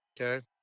Okay